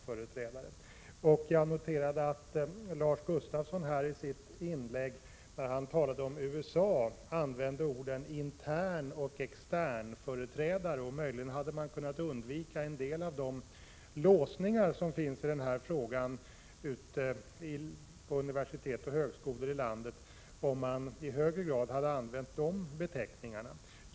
Jag noterade att Lars Gustafsson i sitt inlägg, när han talade om USA, använde orden internoch externföreträdare. Möjligen hade man kunnat undvika en del av de låsningar som finns i denna fråga på universitet och högskolor i landet, om man i högre grad hade använt dessa beteckningar.